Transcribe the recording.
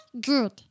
Good